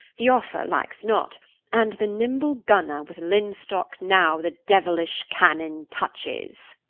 the offer likes not and the nimble gunner with lynstock now the diuellish cannon touches,